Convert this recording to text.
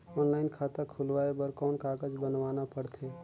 Online खाता खुलवाय बर कौन कागज बनवाना पड़थे?